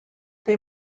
they